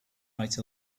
right